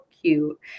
cute